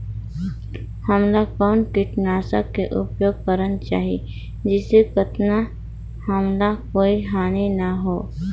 हमला कौन किटनाशक के उपयोग करन चाही जिसे कतना हमला कोई हानि न हो?